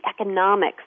economics